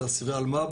הם אסירי אלמ"ב,